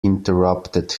interrupted